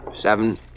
Seven